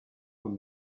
con